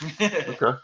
Okay